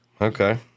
Okay